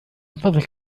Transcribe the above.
فضلك